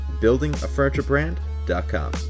buildingafurniturebrand.com